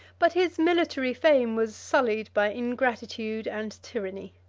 but his military fame was sullied by ingratitude and tyranny.